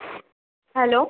hello